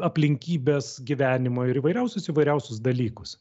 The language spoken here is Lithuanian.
aplinkybes gyvenimą ir įvairiausius įvairiausius dalykus